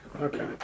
Okay